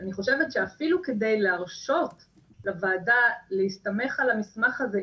אני חושבת שאפילו כדי להרשות לוועדה להסתמך על המסמך הזה,